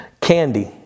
Candy